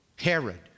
Herod